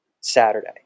Saturday